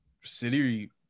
city